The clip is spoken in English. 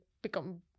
become